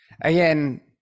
Again